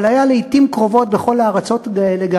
אבל היה לעתים קרובות בכל הארצות האלה גם